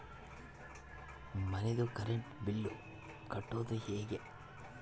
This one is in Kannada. ಮನಿದು ಕರೆಂಟ್ ಬಿಲ್ ಕಟ್ಟೊದು ಹೇಗೆ?